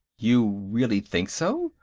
you really think so?